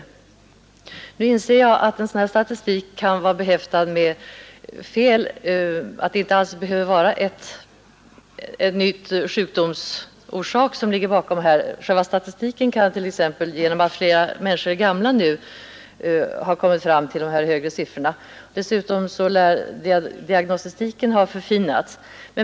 Jag inser att en statistik som denna är behäftad med fel, att det inte behöver vara en ny sjukdomsorsak som ligger bakom. Statistiken kan t.ex. ha kommit fram till dessa höga siffror därigenom att det nu finns fler gamla människor i landet. Dessutom lär diagnostiken ha förfinats.